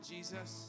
Jesus